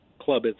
Club